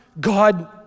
God